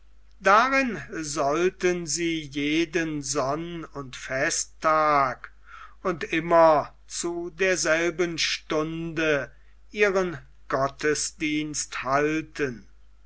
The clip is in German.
darin sollten sie jeden sonn und festtag und immer zu derselben stunde ihren gottesdienst halten